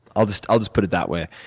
i'll just i'll just put it that way.